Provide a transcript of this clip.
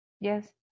Yes